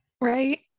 right